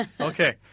Okay